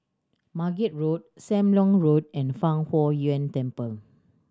Margate Road Sam Leong Road and Fang Huo Yuan Temple